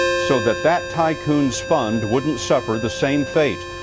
so that that tycoons fund wouldn't suffer the same fate.